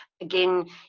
Again